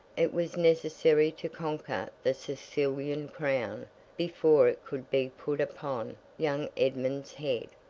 it was necessary to conquer the sicilian crown before it could be put upon young edmund's head.